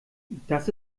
das